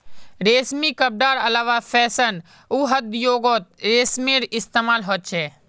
रेशमी कपडार अलावा फैशन उद्द्योगोत रेशमेर इस्तेमाल होचे